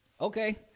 Okay